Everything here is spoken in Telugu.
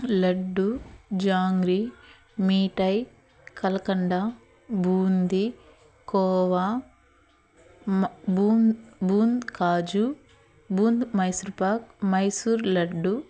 లడ్డూ జాంగ్రీ మీటై కలకండ బూంధి కోవా బూంధ్ కాజు బూంధ్ మైసూర్పాక్ మైసూర్ లడ్డు